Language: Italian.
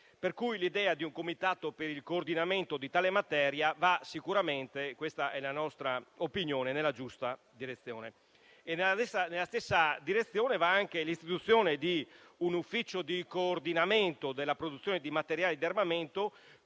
Per cui l'idea di un comitato per il coordinamento di tale materia va sicuramente - questa è la nostra opinione - nella giusta direzione. Nella stessa direzione va anche l'istituzione di un Ufficio per il coordinamento della produzione di materiali di armamento,